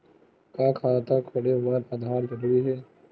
का खाता खोले बर आधार जरूरी हे?